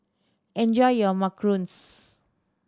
enjoy your macarons